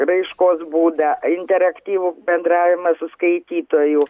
raiškos būdą interaktyvų bendravimą su skaitytoju